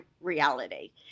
reality